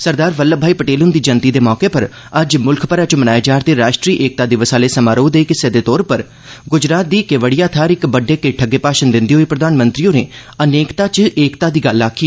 सरदार वल्लभ भाई पटेल हुंदी जयंती दे मौके पर अज्ज मुल्ख भरै च मनाए जा रदे राष्ट्री एकता दिवस आहले समारोह दे इक हिस्से दे तौर उप्पर गुजरात दी केवड़िया थाहर इक बड़डे किट्ठ अग्गे भाषण दिंदे होई प्रघानमंत्री होरें अनेकता च ऐकता दी गल्ल ँ आखी